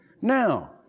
Now